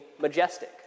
majestic